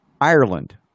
ireland